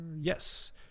yes